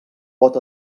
pot